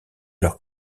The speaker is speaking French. leurs